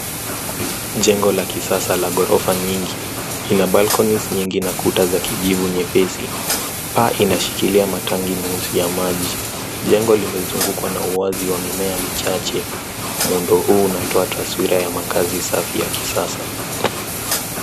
Jengo la kisasa la gorofa nyingi lina balconies nyingi na kuta za kijivu nyepesi. Paa inashikilia matangi meusi ya maji. Jengo limezungukwa na uwazi wa mimea michache. Muundo n huu unatoa taswira ya makazi safi ya kisasa.